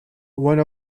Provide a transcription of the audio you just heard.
one